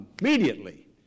immediately